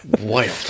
Wild